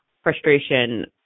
frustration